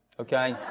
Okay